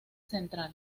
central